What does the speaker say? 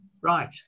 Right